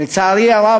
לצערי הרב,